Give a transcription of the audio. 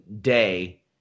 day